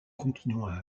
continua